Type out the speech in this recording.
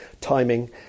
timing